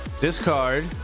discard